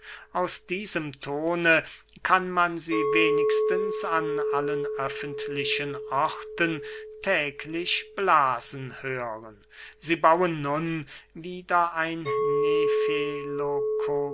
aus diesem tone kann man sie wenigstens an allen öffentlichen orten täglich blasen hören sie bauen nun wieder ein